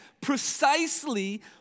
precisely